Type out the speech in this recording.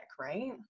right